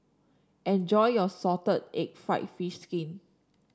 enjoy your Salted Egg fried fish skin